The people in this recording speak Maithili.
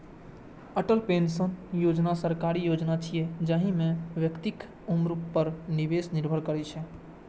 अटल पेंशन योजना सरकारी योजना छियै, जाहि मे व्यक्तिक उम्र पर निवेश निर्भर करै छै